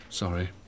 Sorry